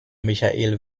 michael